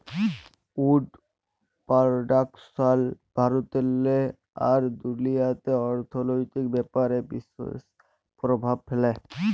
would production ভারতেল্লে আর দুনিয়াল্লে অথ্থলৈতিক ব্যাপারে বিশেষ পরভাব ফ্যালে